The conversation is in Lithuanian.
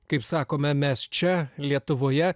kaip sakome mes čia lietuvoje